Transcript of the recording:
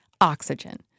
Oxygen